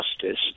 justice